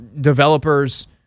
developers